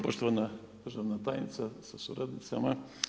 Poštovana državna tajnice sa suradnicama.